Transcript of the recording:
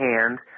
hand